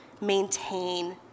maintain